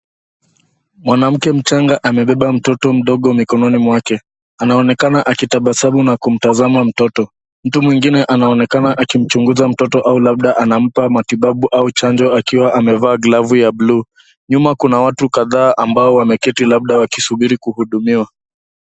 Mwanamke mchanga amebeba mtoto mdogo mikononi mwake. Anaonekana akitabasamu na kumtazama mtoto. Mtu mwingine anaonekana akimchuguza mtoto au labda anampa matibabu au chanjo akiwa amevaa galvu ya buluu. Nyuma kuna watu kadhaa ambao wameketi labda wakisubiri kuhudumiwa.